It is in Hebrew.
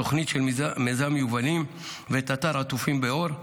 את התוכנית של מיזם יובלים ואת אתר עטופים באור.